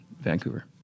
Vancouver